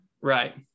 right